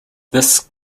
this